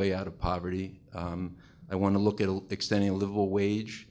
way out of poverty i want to look at all extending a livable wage